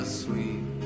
sweet